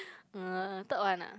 uh third one ah